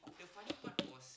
the funny part was